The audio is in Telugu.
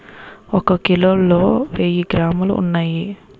ఒక కిలోలో వెయ్యి గ్రాములు ఉన్నాయి